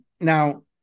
now